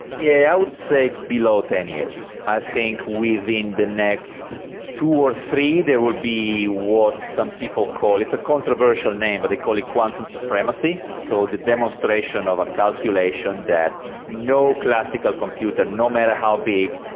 yeah i would say below ten years. i think within the next two or three there will be what some people call, it's a controversial name but they call it quantum supremacy, so the demonstration of a calculation that no classical computer, no matter how big,